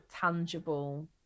tangible